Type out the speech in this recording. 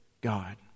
God